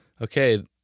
okay